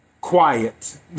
Quiet